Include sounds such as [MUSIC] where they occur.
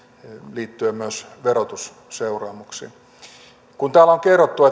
liittyen myös verotusseuraamuksiin kun täällä on on kerrottu [UNINTELLIGIBLE]